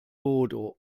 bodo